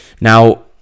now